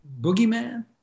boogeyman